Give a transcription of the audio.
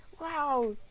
wow